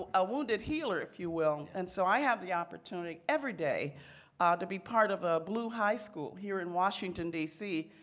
ah a wounded healer if you will. and so i have the opportunity every day to be part of ah ballou high school here in washington, d c.